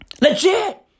Legit